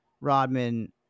Rodman